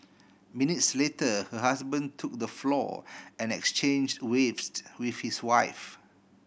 minutes later her husband took the floor and exchange wavesed with his wife